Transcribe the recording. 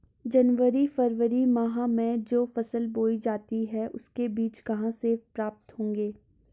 जनवरी फरवरी माह में जो फसल बोई जाती है उसके बीज कहाँ से प्राप्त होंगे?